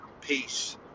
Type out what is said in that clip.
Peace